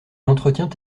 entretient